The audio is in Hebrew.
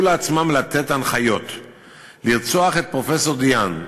לעצמם לתת הנחיות לרצוח את פרופסור דה-האן,